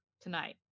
tonight